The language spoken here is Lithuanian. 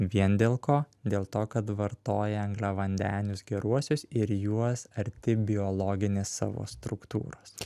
vien dėl ko dėl to kad vartoja angliavandenius geruosius ir juos arti biologinės savo struktūros